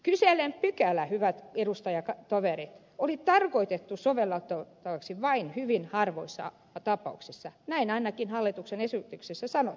kyseinen pykälä hyvät edustajatoverit oli tarkoitettu sovellettavaksi vain hyvin harvoissa tapauksissa näin ainakin hallituksen esityksessä sanottiin